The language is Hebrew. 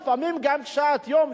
לפעמים גם קשת-יום,